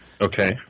Okay